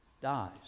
dies